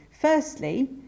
Firstly